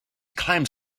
climbs